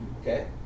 okay